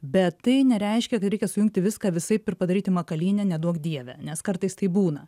bet tai nereiškia kad reikia sujungti viską visaip ir padaryti makalynę neduok dieve nes kartais taip būna